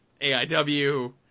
AIW